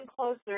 closer